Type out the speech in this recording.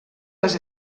les